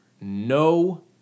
no